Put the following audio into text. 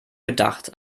gedacht